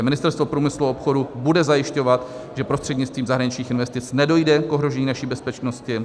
Ministerstvo průmyslu a obchodu bude zajišťovat, že prostřednictvím zahraničních investic nedojde k ohrožení naší bezpečnosti.